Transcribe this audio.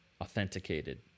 authenticated